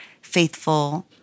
faithful